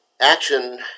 action